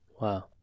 Wow